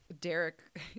Derek